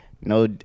no